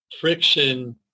friction